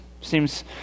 seems